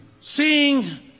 seeing